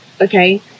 okay